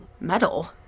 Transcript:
Metal